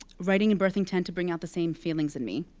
writing and birthing tend to bring out the same feelings in me,